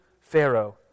Pharaoh